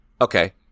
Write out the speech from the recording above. okay